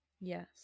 Yes